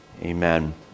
amen